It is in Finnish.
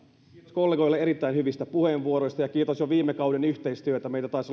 kollegoille erittäin hyvistä puheenvuoroista ja kiitos jo viime kauden yhteistyöstä meitä taisi